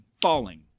falling